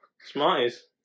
Smarties